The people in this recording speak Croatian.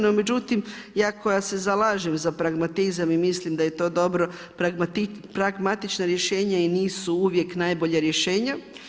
No međutim, ja koja se zalažem za pragmatizam i mislim da je to dobro pragmatična rješenja i nisu uvijek najbolja rješenja.